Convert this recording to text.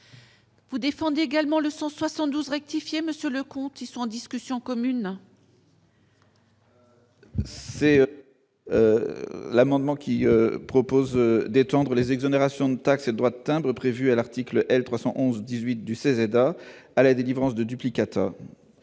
Vous défendez également le 172 rectifier monsieur qui sont en discussion commune. C'est l'amendement qui propose d'étendre les exonérations de taxes et droits de timbres prévus à l'article L. 311 18 du 16 à à la délivrance de duplicata,